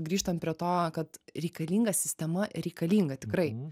grįžtant prie to kad reikalinga sistema reikalinga tikrai